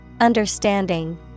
Understanding